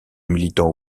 militants